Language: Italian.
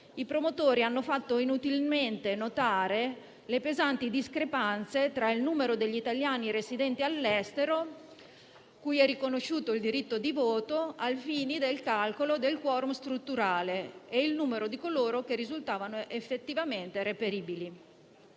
i promotori hanno fatto inutilmente notare le pesanti discrepanze tra il numero degli italiani residenti all'estero cui è riconosciuto il diritto di voto ai fini del calcolo del *quorum* strutturale e il numero di coloro che risultavano effettivamente reperibili.